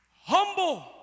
Humble